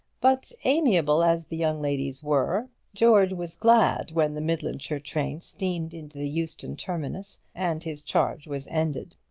but, amiable as the young ladies were, george was glad when the midlandshire train steamed into the euston terminus, and his charge was ended.